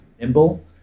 nimble